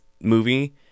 movie